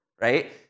right